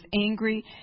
angry